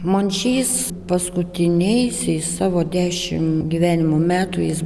mončys paskutiniaisiais savo dešimt gyvenimo metų jis